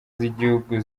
z’igihugu